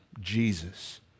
Jesus